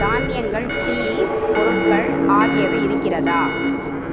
தானியங்கள் சீஸ் பொருட்கள் ஆகியவை இருக்கிறதா